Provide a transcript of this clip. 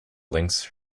links